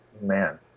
man